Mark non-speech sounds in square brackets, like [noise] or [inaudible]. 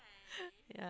[laughs]